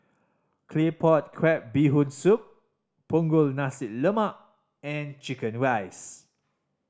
Claypot Crab Bee Hoon Soup Punggol Nasi Lemak and chicken rice